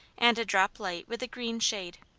and a drop-light with a green shade.